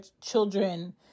children